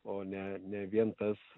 o ne ne vien tas